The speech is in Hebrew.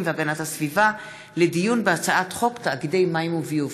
והגנת הסביבה לדיון בהצעת חוק תאגידי מים וביוב.